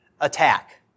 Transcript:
attack